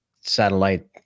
satellite